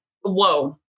whoa